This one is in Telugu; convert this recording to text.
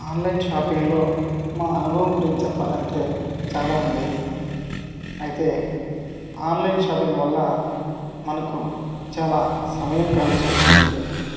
ఆన్లైన్ షాపింగ్లో మా అనుభవం గురించి చెప్పాలి అంటే చాలా ఉంది అయితే ఆన్లైన్ షాపింగ్ వల్ల మనకు చాలా సమయం కలిసొస్తుంది